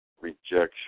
rejection